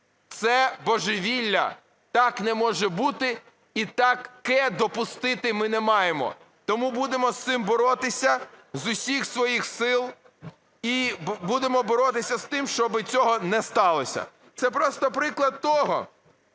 Це божевілля. Так не може бути і таке допустити ми не маємо. Тому будемо з цим боротися з усіх своїх сил і будемо боротися з тим, щоби цього не сталося. Це просто приклад того,